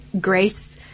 grace